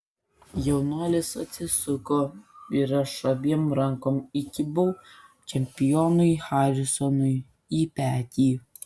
jaunuolis atsisuko ir aš abiem rankom įkibau čempionui harisonui į petį